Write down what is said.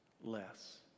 less